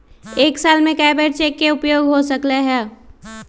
एक साल में कै बेर चेक के उपयोग हो सकल हय